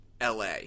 LA